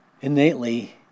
Innately